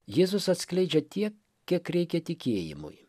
jėzus atskleidžia tiek kiek reikia tikėjimui